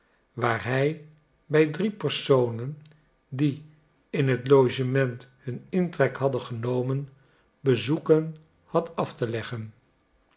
waar hij bij drie personen die in het logement hun intrek hadden genomen bezoeken had af te leggen